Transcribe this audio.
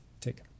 take